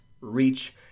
reach